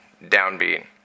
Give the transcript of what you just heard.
Downbeat